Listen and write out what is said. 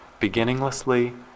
beginninglessly